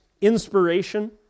inspiration